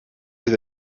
into